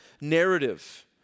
narrative